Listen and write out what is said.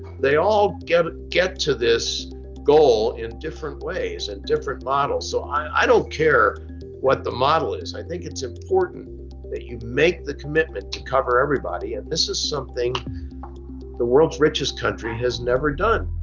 they all get ah get to this goal in different ways and different models. so i don't care what the model is. i think it's important that you make the commitment to cover everybody. and this is something the world's richest country has never done.